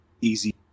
easy